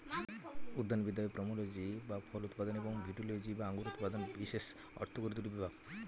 উদ্যানবিদ্যায় পোমোলজি বা ফল উৎপাদন এবং ভিটিলজি বা আঙুর উৎপাদন বিশেষ অর্থকরী দুটি বিভাগ